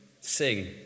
sing